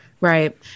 right